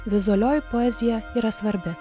vizualioji poezija yra svarbi